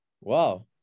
wow